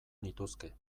nituzke